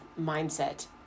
mindset